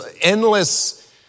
endless